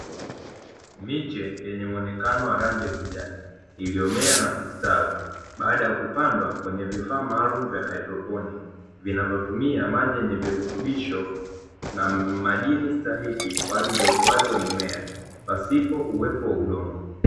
Miche yenye muonekano wa rangi ya kijani, iliyomea na kustawi baada ya kupandwa kwenye vifaa maalumu vya haidroponi vinavyotumia maji yenye virutubisho na madini stahiki kwaajili ya ukuaji wa mimea pasipo uwepo wa udongo.